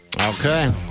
Okay